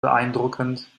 beeindruckend